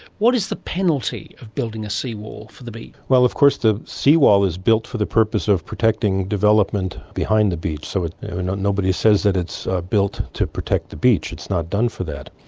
what is the penalty of building a seawall for the beach? well of course the seawall is built for the purpose of protecting development behind the beach, so nobody says that it's built to protect the beach, it's not done for that.